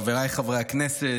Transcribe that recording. חבריי חברי הכנסת,